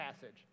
passage